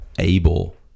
able